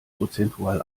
prozentual